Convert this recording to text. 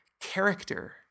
character